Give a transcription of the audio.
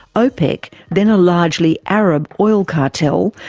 opec, then a largely arab oil cartel,